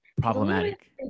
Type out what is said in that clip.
problematic